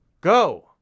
go